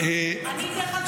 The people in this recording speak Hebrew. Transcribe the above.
דרך אגב,